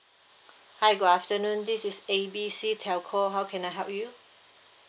hi good afternoon this is A B C telco how can I help you